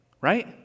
right